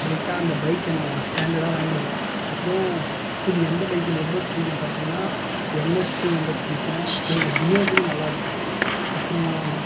கரெக்டா அந்த பைக்கை நான் ஸ்டாண்டர்டாக வாங்கிவிடுவேன் அப்றம் பிடி எந்த பைக் ரொம்ப பிடிக்குன்னு பார்த்திங்கனா என் எஸ் டூ ஹண்ரெட் பிடிக்கும் அப்புறம் டியோ கூட நல்லாயிருக்கும் அப்பறம்